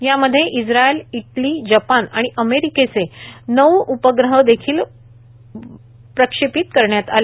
यामध्ये Israel Italy Japan आणि अमेरिकेचे नऊ उपग्रहांच देखील प्रक्षेपण करण्यात आलं